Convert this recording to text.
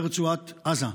ברצועת עזה.